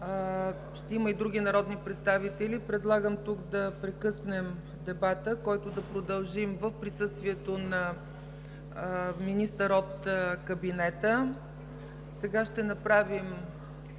ще има и други народни представители, предлагам тук да прекъснем дебата, който да продължим в присъствието на министър от кабинета. Сега ще направим